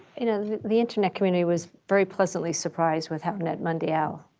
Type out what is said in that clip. you know, the internet community was very pleasantly surprised with how netmundial